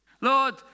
Lord